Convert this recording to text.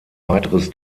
weiteres